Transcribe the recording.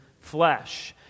flesh